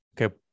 Okay